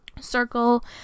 circle